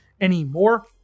anymore